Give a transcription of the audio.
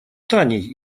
таней